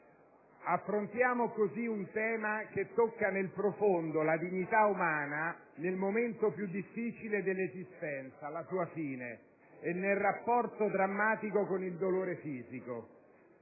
Affrontiamo così un tema che tocca nel profondo la dignità umana nel momento più difficile dell'esistenza (la sua fine) e nel rapporto drammatico con il dolore fisico.